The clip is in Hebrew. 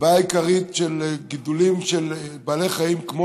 הבעיה העיקרית של גידולים של בעלי חיים כמו